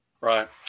Right